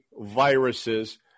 viruses